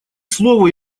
слово